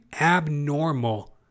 abnormal